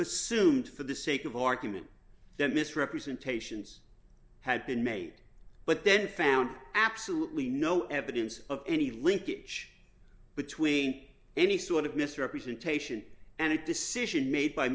assumed for the sake of argument that misrepresentations had been made but then found absolutely no evidence of any linkage between any sort of misrepresentation and it decision made by